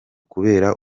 kubera